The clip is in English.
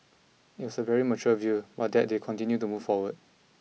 and it was a very mature view but that they continue to move forward